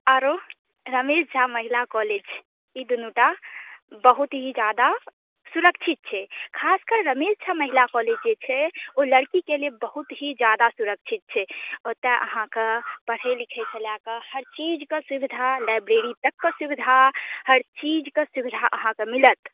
आरो रमेश झा महिला कॉलेज ई दुनू टा बहुत ही जादा सुरक्षित छै खास कर रमेश झा महिला कॉलेज जे छै ओ लड़कीके लिए बहुत ही जादा सुरक्षित छै ओतऽ अहाँकेँ पढ़ै लिखैसँ लऽ कऽ हर चीजके सुविधा लाइब्रेरी तकके सुविधा हर चीजके सुविधा अहाँकेँ मिलत